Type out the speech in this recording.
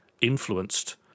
influenced